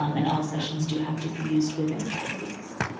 um and all sessions do have to be used within five weeks.